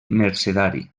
mercedari